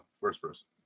first-person